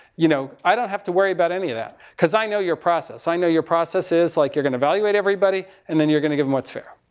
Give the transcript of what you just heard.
you know? i don't have to worry about any of that. because i know your process. i know your processes like you're going to evaluate everybody, and then you're going to give em what's fair.